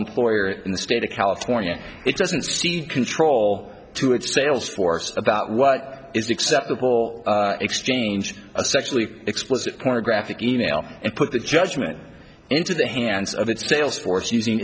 employer in the state of california it doesn't seem to control to its sales force about what is acceptable exchange a sexually explicit pornographic e mail and put the judgment into the hands of its sales force using